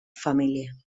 familia